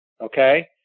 okay